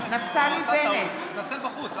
(קוראת בשם חבר הכנסת) נפתלי בנט, נגד בחוץ.